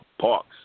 Parks